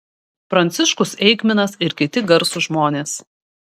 pranciškus eigminas ir kiti garsūs žmonės